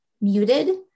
muted